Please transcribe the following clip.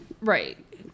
right